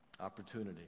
Opportunity